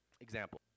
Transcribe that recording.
Example